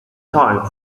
time